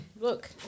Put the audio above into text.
look